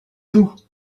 nous